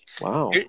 Wow